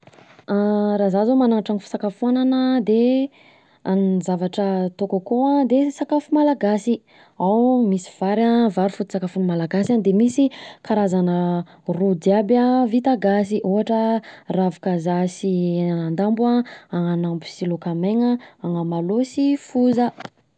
Raha za zao manana trano fisakafoanana an, de ny zavatra ataoko akao de sakafo malagasy ao misy vary an, vary foto-tsakafon'ny malagasy de misy karazana ro jiaby an, vita gasy, ohatra: ravi-kazaha sy henan-dambo an, ananambo sy lôka maina, anamalao sy foza.